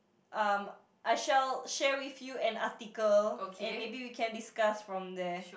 um I shall share with you an article and maybe we can discuss from there